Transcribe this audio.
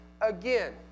again